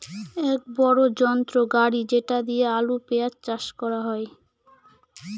এক বড়ো যন্ত্র গাড়ি যেটা দিয়ে আলু, পেঁয়াজ চাষ করা হয়